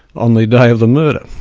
on the day of the murder.